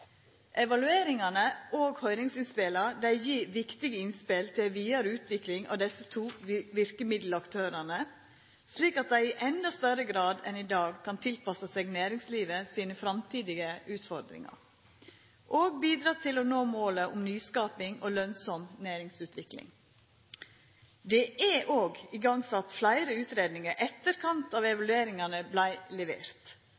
Evalueringane – og høyringsinnspela – gjev viktige innspel til ei vidare utvikling av desse to verkemiddelaktørane, slik at dei i endå større grad enn i dag kan tilpassa seg næringslivet sine framtidige utfordringar og bidra til å nå målet om nyskaping og lønsam næringsutvikling. Det er òg sett i gang fleire utgreiingar i etterkant av